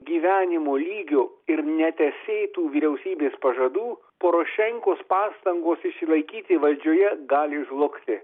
gyvenimo lygio ir netesėtų vyriausybės pažadų porošenkos pastangos išsilaikyti valdžioje gali žlugti